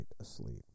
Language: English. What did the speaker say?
asleep